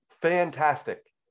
fantastic